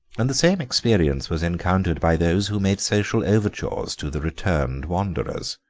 and the same experience was encountered by those who made social overtures to the returned wanderers.